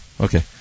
okay